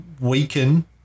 weaken